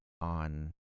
on